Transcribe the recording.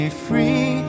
free